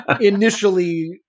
initially